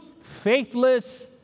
faithless